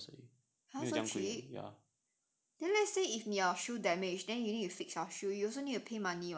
!huh! so cheap then let's say if your shoe damage then you need to fix your shoe you also need to pay money [what]